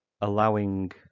allowing